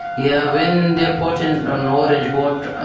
yeah when they put in an orange boat,